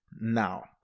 now